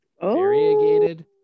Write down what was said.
variegated